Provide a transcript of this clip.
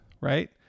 right